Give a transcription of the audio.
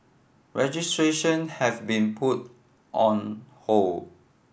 registration have been put on hold